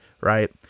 right